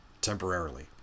temporarily